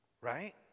right